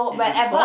if you saw